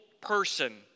person